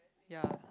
ya